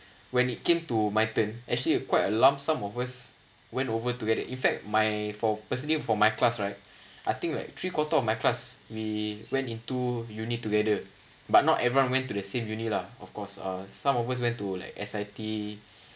when it came to my turn actually quite a lump sum of us went over to get it in fact my for personally for my class right I think like three quarter of my class we went into uni together but not everyone went to the same uni lah of course uh some of us went to like S_I_T